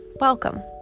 welcome